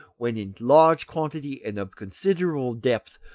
when in large quantity and of considerable depth,